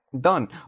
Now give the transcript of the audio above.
done